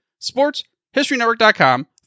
sportshistorynetwork.com